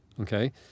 okay